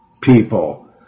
people